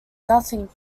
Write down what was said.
nothing